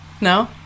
No